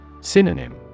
Synonym